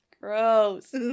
Gross